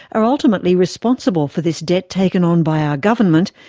are ultimately responsible for this debt taken on by our government,